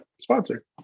sponsor